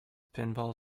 pinball